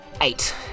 eight